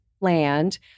land